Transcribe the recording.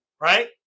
right